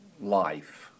life